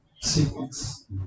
sequence